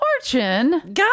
Fortune